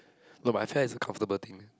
no but I feel like it's a comfortable thing